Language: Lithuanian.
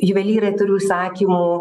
juvelyrai turi užsakymų